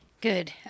Good